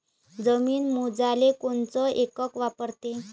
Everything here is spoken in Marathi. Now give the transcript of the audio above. जमीन मोजाले कोनचं एकक वापरते?